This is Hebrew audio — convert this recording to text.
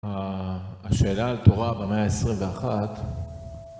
השאלה על תורה במאה ה-21